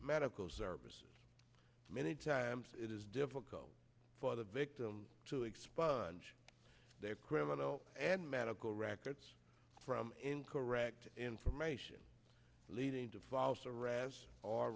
medical services many times it is difficult for the victim to expunge their criminal and medical records from incorrect information leading to fall so arrest